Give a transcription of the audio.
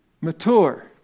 Mature